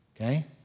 okay